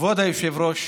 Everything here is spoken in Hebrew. כבוד היושב-ראש,